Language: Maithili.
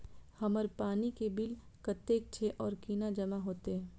हमर पानी के बिल कतेक छे और केना जमा होते?